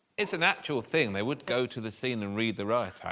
it's an actual thing they would go to the scene and read the right hand.